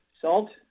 Salt